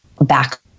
back